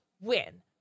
win